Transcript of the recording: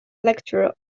lecturer